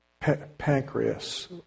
pancreas